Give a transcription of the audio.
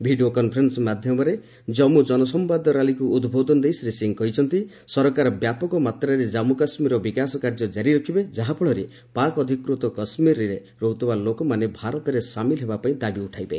video conferencing ଯୋଗେ ଜାମ୍ମୁ ଜନସମ୍ବାଦ ର୍ୟାଲିକୁ ଉଦ୍ବୋଧନ ଦେଇ ଶ୍ରୀ ସିଂ କହିଛନ୍ତି ସରକାର ବ୍ୟାପକ ମାତ୍ରାରେ ଜାମ୍ମୁ କାଶ୍ମୀରର ବିକାଶ କାର୍ଯ୍ୟ ଜାରି ରଖିବେ ଯାହାଫଳରେ ପାକ୍ ଅଧିକୃତ କାଶ୍ମୀରରେ ରହୁଥିବା ଲୋକମାନେ ଭାରତରେ ସାମିଲ ହେବା ପାଇଁ ଦାବି ଉଠାଇବେ